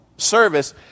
service